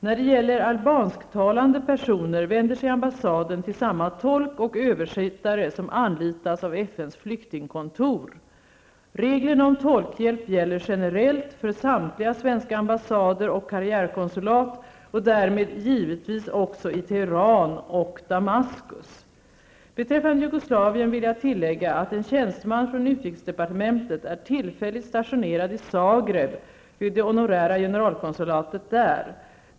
När det gäller albansktalande personer vänder sig ambassaden till samma tolk och översättare som anlitas av FNs flyktingkontor. Reglerna om tolkhjälp gäller generellt för samtliga svenska ambassader och karriärkonsultat och därmed givetvis också i Teheran och Damaskus. Beträffande Jugoslavien vill jag tillägga att en tjänsteman från utrikesdepartementet är tillfälligt stationerad i Zagreb vid det honorära generalkonsulatet där.